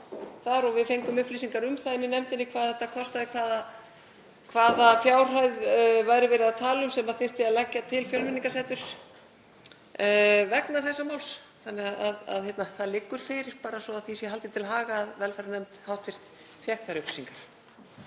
þar, og við fengum upplýsingar um það í nefndinni hvað þetta kostaði, hvaða fjárhæð væri verið að tala um sem þyrfti að leggja til Fjölmenningarseturs vegna þessa máls þannig að það liggur fyrir. Bara svo því sé haldið til haga að hv. velferðarnefnd fékk þær upplýsingar.